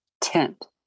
tent